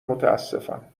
متاسفم